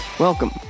Welcome